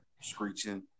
screeching